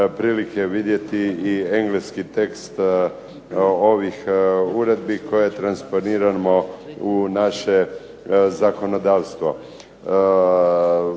prilike vidjeti i engleski tekst ovih uredbi koje transponiramo u naše zakonodavstvo.